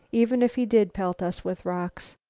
even if he did pelt us with rocks.